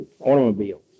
automobiles